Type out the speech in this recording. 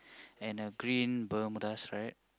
and a green bermudas right